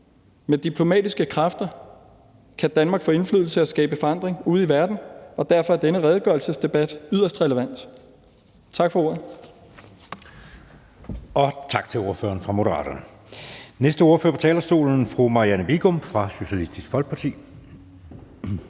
Med diplomatiske kræfter kan Danmark få indflydelse og skabe forandring ude i verden, og derfor er denne redegørelsesdebat yderst relevant. Tak for ordet.